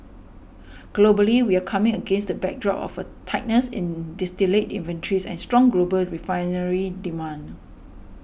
globally we're coming against the backdrop of a tightness in distillate inventories and strong global refinery demand